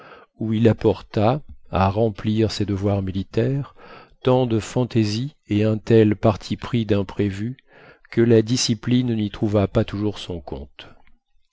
où il apporta à remplir ses devoirs militaires tant de fantaisie et un tel parti pris dimprévu que la discipline ny trouva pas toujours son compte